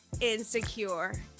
Insecure